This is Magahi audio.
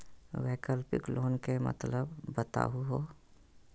वैकल्पिक लोन के मतलब बताहु हो?